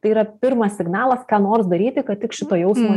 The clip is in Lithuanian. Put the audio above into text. tai yra pirmas signalas ką nors daryti kad tik šito jausmo